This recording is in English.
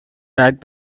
fact